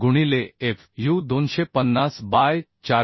गुणिले Fu 250 by 410Fu